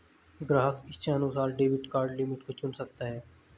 ग्राहक इच्छानुसार debit card limit को चुन सकता है